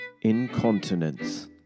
Incontinence